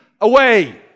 away